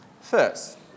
First